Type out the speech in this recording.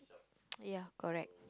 ya correct